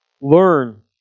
learn